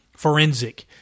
forensic